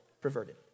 perverted